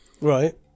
Right